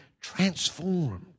transformed